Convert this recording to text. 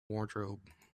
wardrobe